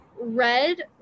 red